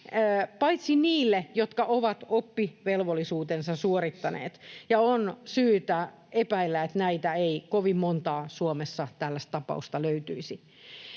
paitsi niille, jotka ovat oppivelvollisuutensa suorittaneet, ja on syytä epäillä, että kovin montaa tällaista tapausta Suomessa